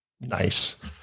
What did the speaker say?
nice